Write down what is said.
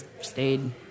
stayed